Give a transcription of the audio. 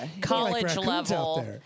college-level